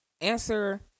answer